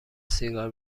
سیگار